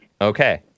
Okay